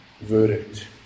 verdict